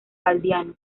galdiano